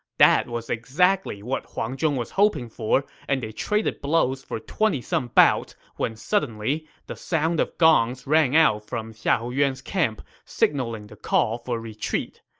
that was exactly what huang zhong was hoping for, and they traded blows for twenty some bouts when suddenly, the sound of gongs rang out from xiahou yuan's camp, signaling the call for retreat.